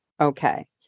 Okay